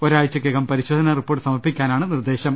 ഒരാഴ്ചക്കുള്ളിൽ പരിശ്രോധന റിപ്പോർട്ട് സമർപ്പിക്കാനാണ് നിർദേശം